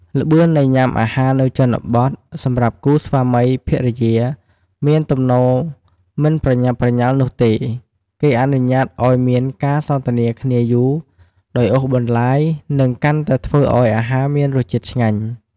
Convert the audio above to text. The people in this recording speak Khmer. ល្បឿននៃញាំអាហារនៅជនបទសម្រាប់គូស្វាមីភរិយាមានទំនោរមិនប្រញាប់ប្រញាលនោះទេ គេអនុញ្ញាតឱ្យមានការសន្ទនាគ្នាយូរ ដោយអូសបន្លាយ និងកាន់តែធ្វើឲ្យអាហារមានរសជាតិឆ្ងាញ់។